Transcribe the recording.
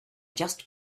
just